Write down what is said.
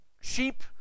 sheep